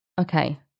okay